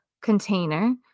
container